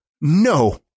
No